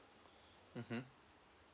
mmhmm